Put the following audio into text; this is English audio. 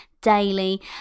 daily